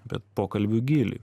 bet pokalbių gylį